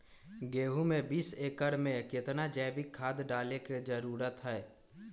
गेंहू में बीस एकर में कितना जैविक खाद डाले के जरूरत है?